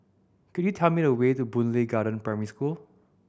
could you tell me the way to Boon Lay Garden Primary School